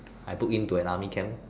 I book in to an army camp